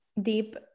deep